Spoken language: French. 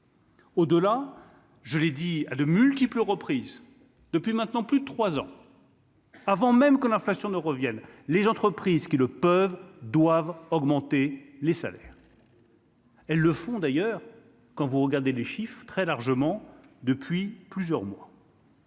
Au delà, je l'ai dit à de multiples reprises depuis maintenant plus de 3 ans, avant même que l'inflation ne reviennent, les entreprises qui le peuvent doivent augmenter les salaires. Elles le font d'ailleurs, quand vous regardez le chiffre très largement depuis plusieurs mois.